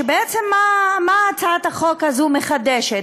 שבעצם מה הצעת החוק הזו מחדשת?